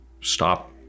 stop